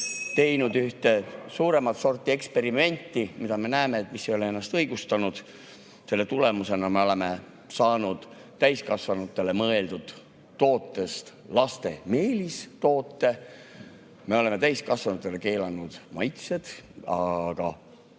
teinud ühte suuremat sorti eksperimenti, mis, nagu me näeme, ei ole ennast õigustanud. Selle tulemusena oleme saanud täiskasvanutele mõeldud tootest laste meelistoote. Me oleme täiskasvanutele keelanud maitsed. Aga